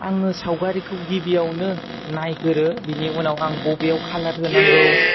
आङो सावगारिखौ गिबियावनो नायग्रोयो बिनि उनाव आं बबेयाव खालार होनांगौ